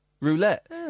roulette